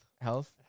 Health